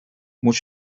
what